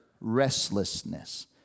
restlessness